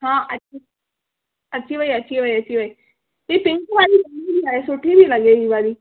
हा अ अची वई अची वई अची वई हे पिंक वारी घणे जी आहे सुठी थी लॻे हीअ वारी